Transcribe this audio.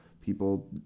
people